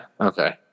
Okay